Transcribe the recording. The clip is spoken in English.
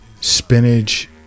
spinach